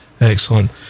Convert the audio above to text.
Excellent